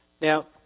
Now